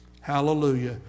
Hallelujah